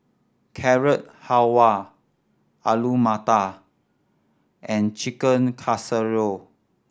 Carrot Halwa Alu Matar and Chicken Casserole